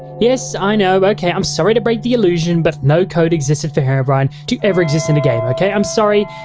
yes i know ok, im sorry to break the illusion, but no code existed for herobrine to ever exist in the game ok, i'm sorry,